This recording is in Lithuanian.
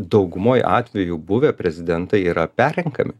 daugumoj atvejų buvę prezidentai yra perrenkami